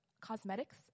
cosmetics